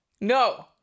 No